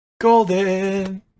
golden